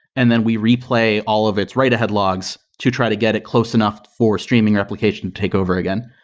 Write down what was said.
and then we replay all of its write ahead logs to try to get it closed enough for streaming replication takeover again.